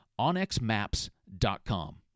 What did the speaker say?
onxmaps.com